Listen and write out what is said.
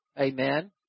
amen